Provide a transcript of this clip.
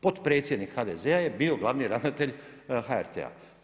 Potpredsjednik HDZ-a je bio glavni ravnatelj HRT-a.